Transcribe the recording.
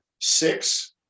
six